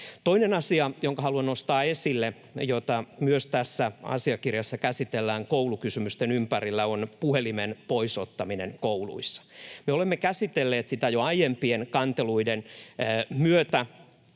Toinen asia, jonka haluan nostaa esille ja jota myös tässä asiakirjassa käsitellään koulukysymysten ympärillä, on puhelimen pois ottaminen kouluissa. Me olemme käsitelleet sitä jo aiempien kanteluiden myötä.